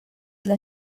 dla